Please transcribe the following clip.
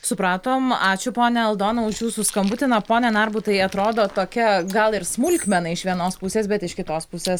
supratom ačiū ponia aldona už jūsų skambutį na pone narbutai atrodo tokia gal ir smulkmena iš vienos pusės bet iš kitos pusės